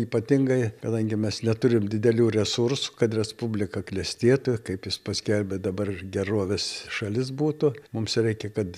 ypatingai kadangi mes neturim didelių resursų kad respublika klestėtų kaip jis paskelbė dabar gerovės šalis būtų mums reikia kad